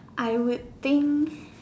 I waiting